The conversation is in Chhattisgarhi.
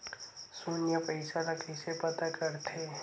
शून्य पईसा ला कइसे पता करथे?